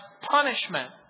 punishment